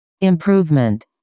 improvement